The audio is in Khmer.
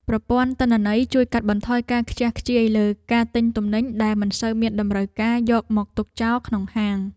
ប្រព័ន្ធទិន្នន័យជួយកាត់បន្ថយការខ្ជះខ្ជាយលើការទិញទំនិញដែលមិនសូវមានតម្រូវការយកមកទុកចោលក្នុងហាង។